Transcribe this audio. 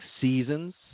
seasons